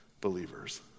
believers